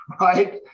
Right